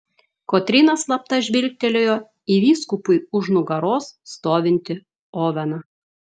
kotryna slapta žvilgtelėjo į vyskupui už nugaros stovintį oveną